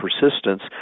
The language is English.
persistence